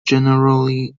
generally